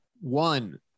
one